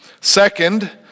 Second